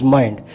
mind